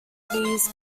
these